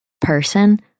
person